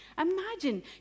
imagine